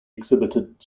exhibited